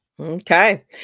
Okay